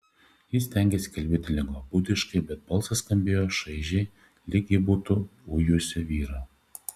ji stengėsi kalbėti lengvabūdiškai bet balsas skambėjo šaižiai lyg ji būtų ujusi vyrą